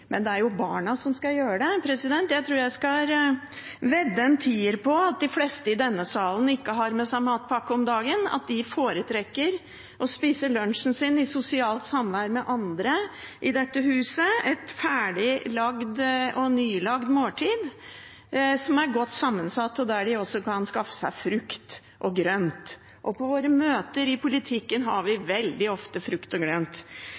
Men det er barna som skal gjøre det. Jeg tror jeg skal vedde en tier på at de fleste i denne salen ikke har med seg matpakke, at de foretrekker å spise lunsjen sin i sosialt samvær med andre i dette huset, et ferdig, nylaget måltid, som er godt sammensatt, og der de også kan skaffe seg frukt og grønt. Og på våre møter i politikken har vi veldig ofte frukt og